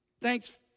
Thanks